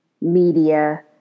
media